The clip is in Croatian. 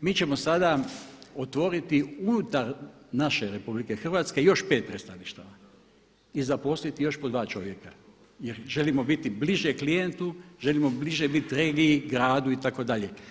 mi ćemo sada otvoriti unutar naše RH još pet predstavništava i zaposliti još po dva čovjeka jer želimo biti bliže klijentu, želimo biti bliže regiji, gradu itd.